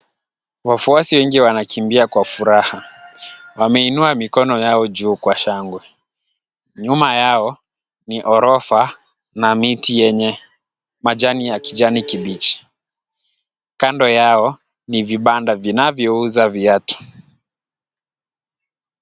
Wafuasi wengi wanakimbia kwa furaha. Wameinua mikono yao juu kwa shangwe. Nyuma yao ni orofa na miti yenye majani ya kijani kibichi. Kando yao ni vibanda vinavyouza viatu.